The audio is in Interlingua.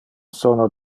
sono